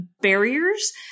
barriers